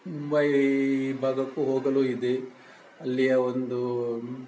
ಮುಂಬಯೀ ಭಾಗಕ್ಕೂ ಹೋಗಲೂ ಇದೆ ಅಲ್ಲಿಯ ಒಂದೂ